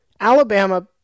Alabama